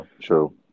true